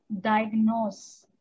diagnose